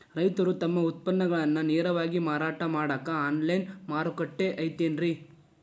ರೈತರು ತಮ್ಮ ಉತ್ಪನ್ನಗಳನ್ನ ನೇರವಾಗಿ ಮಾರಾಟ ಮಾಡಾಕ ಆನ್ಲೈನ್ ಮಾರುಕಟ್ಟೆ ಐತೇನ್ರಿ?